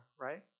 right